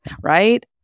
right